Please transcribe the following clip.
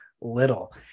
little